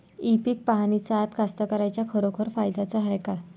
इ पीक पहानीचं ॲप कास्तकाराइच्या खरोखर फायद्याचं हाये का?